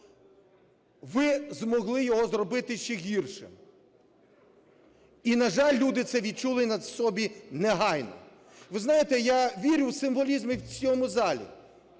ви змогли його зробити ще гіршим. І, на жаль, люди це відчули на собі негайно. Ви знаєте, я вірю в символізм в цьому залі.